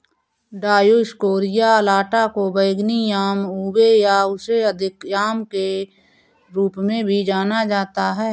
Dioscorea alata को बैंगनी yam ube या उससे अधिक याम के रूप में भी जाना जाता है